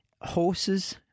Horses